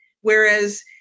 Whereas